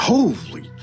Holy